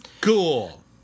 Cool